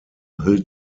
hüllt